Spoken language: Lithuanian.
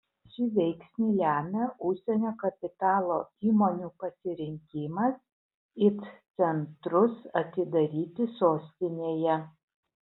šį veiksnį lemia užsienio kapitalo įmonių pasirinkimas it centrus atidaryti sostinėje